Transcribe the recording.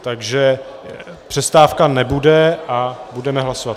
Takže přestávka nebude a budeme hlasovat.